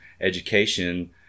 education